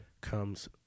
comes